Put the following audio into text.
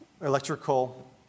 electrical